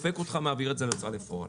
דופק אותך ומעביר את זה להוצאה לפועל.